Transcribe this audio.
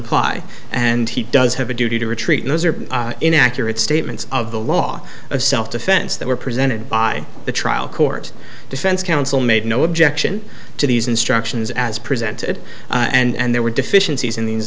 apply and he does have a duty to retreat knows are inaccurate statements of the law of self defense that were presented by the trial court defense counsel made no objection to these instructions as presented and there were deficiencies in these